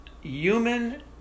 human